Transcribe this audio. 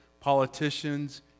politicians